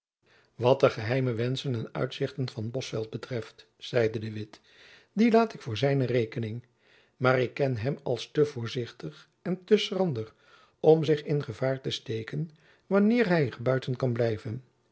wat de geheime wenschen en uitzichten van bosveldt betreft zeide de witt die laat ik voor zijne rekening maar ik ken hem als te voorzichtig en te schrander om zich in gevaar te steken wanneer hy er buiten kan blijven